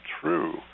true